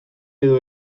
edo